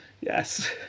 Yes